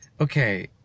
okay